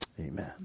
Amen